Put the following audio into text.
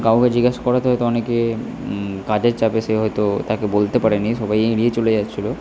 কাউকে জিজ্ঞাসা করাতে হয়তো অনেকে কাজের চাপে সে হয়তো তাকে বলতে পারেনি সবাই এড়িয়ে চলে যাচ্ছিল